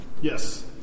yes